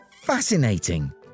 fascinating